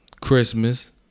Christmas